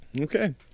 Okay